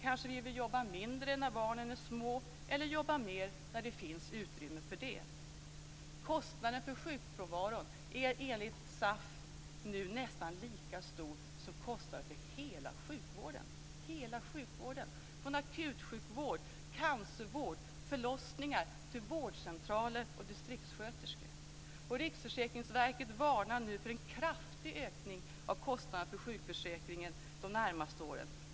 Kanske vill vi jobba mindre när barnen är små eller jobba mer när det finns utrymme för det. Kostnaden för sjukfrånvaron är enligt SAF nu nästan lika stor som kostnaderna för hela sjukvården, från akutsjukvård, cancervård, förlossningar till vårdcentraler och distriktssköterskor. Riksförsäkringsverket varnar nu för en kraftig ökning av kostnaderna för sjukförsäkringen de närmaste åren.